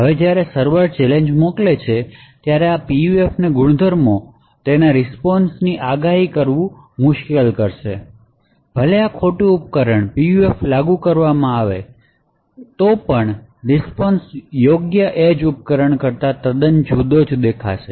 હવે જ્યારે server challenge મોકલે છે ત્યારે PUFની ગુણધર્મો તેના રીસ્પોન્શની આગાહી કરવાનું મુશ્કેલ કરશે ભલે આ ખોટું ઉપકરણમાં PUF લાગુ કરવામાં આવે તો પણ રીસ્પોન્શ યોગ્ય એજ ઉપકરણ કરતાં તદ્દન જુદો દેખાશે